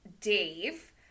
Dave